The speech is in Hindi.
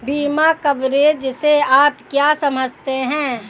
बीमा कवरेज से आप क्या समझते हैं?